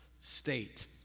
state